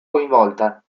coinvolta